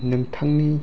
नोंथांनि